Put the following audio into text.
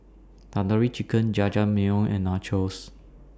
Tandoori Chicken Jajangmyeon and Nachos